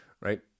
right